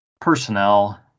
personnel